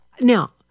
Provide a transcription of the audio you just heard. now